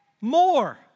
more